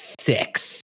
six